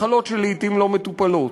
מחלות שלעתים לא מטופלות,